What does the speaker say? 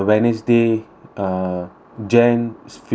uh january fifteen ah